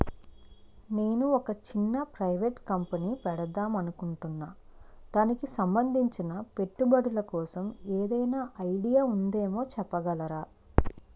నేను ఒక చిన్న ప్రైవేట్ కంపెనీ పెడదాం అనుకుంటున్నా దానికి సంబందించిన పెట్టుబడులు కోసం ఏదైనా ఐడియా ఉందేమో చెప్పగలరా?